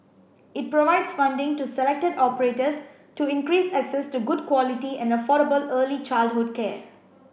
it provides funding to selected operators to increase access to good quality and affordable early childhood care